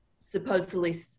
supposedly